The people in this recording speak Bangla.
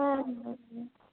হ্যাঁ